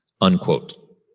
unquote